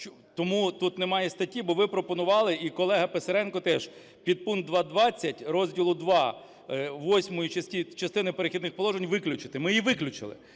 Тому тут немає статті, бо ви пропонували і колега Писаренко теж, підпункт 2.20 розділу ІІ восьмої частини "Перехідних положень" виключити. Ми її виключили.